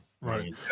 right